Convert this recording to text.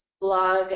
blog